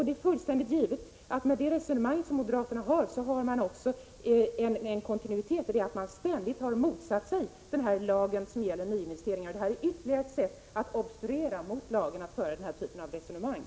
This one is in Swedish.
Det är fullständigt givet att moderaterna är konsekventa i sitt resonemang, när de ständigt motsätter sig den lag som gäller nyinvesteringar i Sydafrika. Att föra den typen av resonemang är ytterligare ett sätt att obstruera mot lagen.